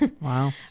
Wow